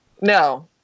No